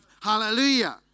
Hallelujah